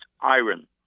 iron